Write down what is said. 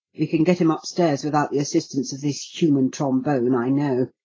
we can get him upstairs without the assistance of this human trombone, i know.